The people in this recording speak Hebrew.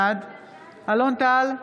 בעד אלון טל,